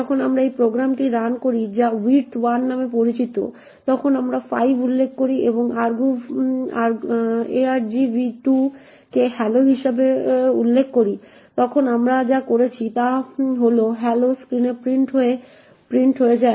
যখন আমরা এই প্রোগ্রামটি রান করি যা width1 নামে পরিচিত তখন আমরা 5 উল্লেখ করি এবং আমরা argv2 কে hello হিসাবে উল্লেখ করি তখন আমরা যা করেছি তা হল হ্যালো স্ক্রীনে প্রিন্ট হয়ে যায়